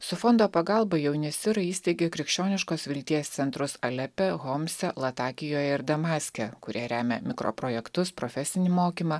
su fondo pagalba jauni sirai įsteigė krikščioniškos vilties centrus alepe homse latakijoje ir damaske kur jie remia mikroprojektus profesinį mokymą